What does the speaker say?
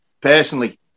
personally